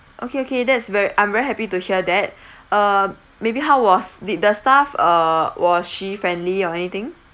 okay okay that's ver~ I'm very happy to hear that uh maybe how was did the staff uh was she friendly or anything